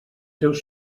seus